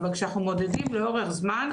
אבל כשאנחנו מודדים לאורך זמן,